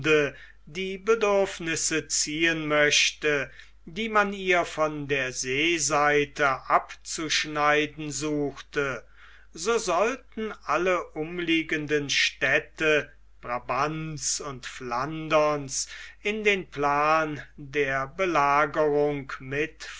die bedürfnisse ziehen möchte die man ihr von der seeseite abzuschneiden suchte so sollten alle umliegenden städte brabants und flanderns in den plan der belagerung mit